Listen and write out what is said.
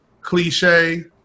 cliche